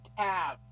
Tab